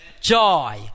joy